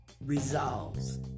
resolves